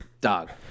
Dog